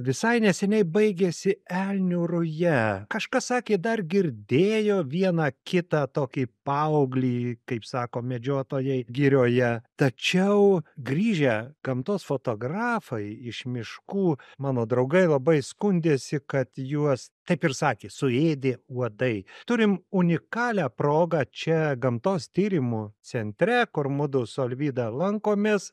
visai neseniai baigėsi elnių ruja kažkas sakė dar girdėjo vieną kitą tokį paauglį kaip sako medžiotojai girioje tačiau grįžę gamtos fotografai iš miškų mano draugai labai skundėsi kad juos taip ir sakė suėdė uodai turim unikalią progą čia gamtos tyrimų centre kur mudu su alvyda lankomės